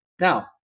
Now